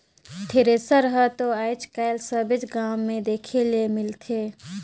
thresher हर दो आएज काएल सबेच गाँव मे देखे ले मिलथे